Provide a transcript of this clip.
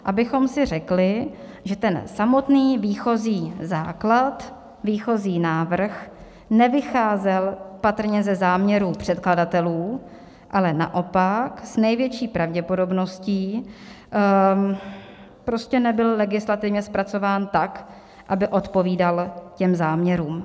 Abychom si řekli, že ten samotný výchozí základ, výchozí návrh, nevycházel patrně ze záměrů předkladatelů, ale naopak s největší pravděpodobností prostě nebyl legislativně zpracován tak, aby odpovídal těm záměrům.